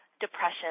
depression